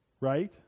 right